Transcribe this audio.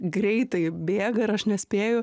greitai bėga ir aš nespėju